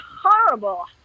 horrible